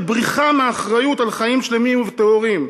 בריחה מאחריות לחיים שלמים וטהורים.